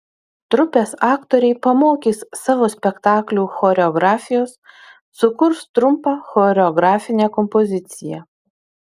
trupės aktoriai pamokys savo spektaklių choreografijos sukurs trumpą choreografinę kompoziciją